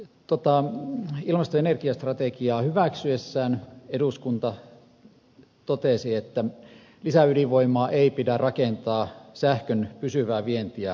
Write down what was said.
ilmasto ja energiastrategiaa hyväksyessään eduskunta totesi että lisäydinvoimaa ei pidä rakentaa sähkön pysyvää vientiä varten